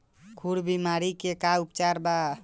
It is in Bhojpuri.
खुर बीमारी के का उपचार बा?